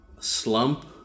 Slump